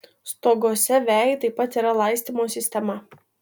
stoguose vejai taip pat yra laistymo sistema